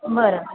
बरं